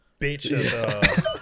bitch